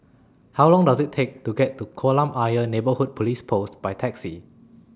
How Long Does IT Take to get to Kolam Ayer Neighbourhood Police Post By Taxi